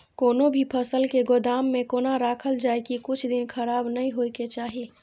कोनो भी फसल के गोदाम में कोना राखल जाय की कुछ दिन खराब ने होय के चाही?